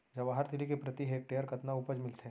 जवाहर तिलि के प्रति हेक्टेयर कतना उपज मिलथे?